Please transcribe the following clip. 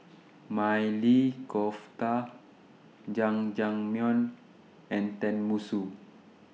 Maili Kofta Jajangmyeon and Tenmusu